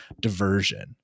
diversion